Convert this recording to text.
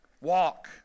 walk